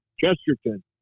Chesterton